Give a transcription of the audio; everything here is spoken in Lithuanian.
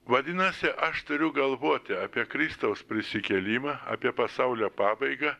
vadinasi aš turiu galvoti apie kristaus prisikėlimą apie pasaulio pabaigą